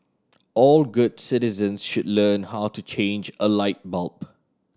all good citizens should learn how to change a light bulb